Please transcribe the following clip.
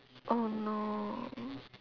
oh no